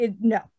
No